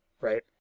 right